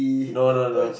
no no no